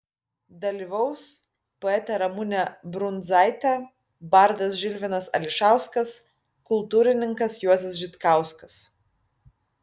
dalyvaus poetė ramunė brundzaitė bardas žilvinas ališauskas kultūrininkas juozas žitkauskas